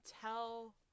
tell